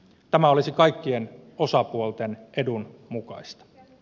tämä olisi kaikkien osapuolten edun mukaista